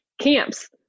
camps